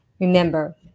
Remember